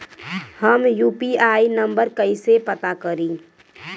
हम UPI number कइसे पता करी?